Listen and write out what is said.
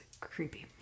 creepy